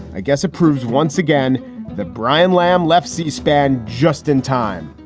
i guess it proves once again that brian lamb left c-span just in time.